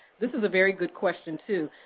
this is a very good question too.